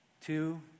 Two